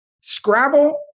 Scrabble